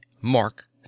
Mark